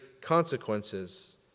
consequences